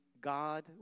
God